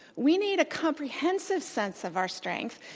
we need a comprehensive sense of our strength.